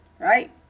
right